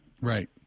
Right